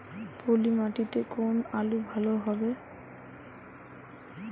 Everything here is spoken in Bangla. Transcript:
পলি মাটিতে কোন আলু ভালো হবে?